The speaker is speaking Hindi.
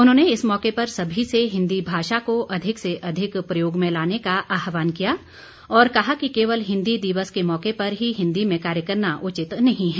उन्होंने इस मौके पर सभी से हिन्दी भाषा को अधिक से अधिक प्रयोग में लाने का आहवान किया और कहा कि केवल हिन्दी दिवस के मौके पर ही हिन्दी में कार्य करना उचित नहीं है